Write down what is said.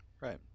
right